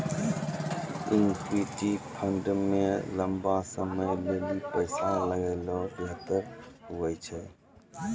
equity fund मे लंबा समय लेली पैसा लगौनाय बेहतर हुवै छै